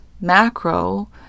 macro